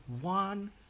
one